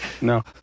No